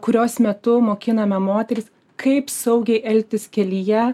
kurios metu mokiname moteris kaip saugiai elgtis kelyje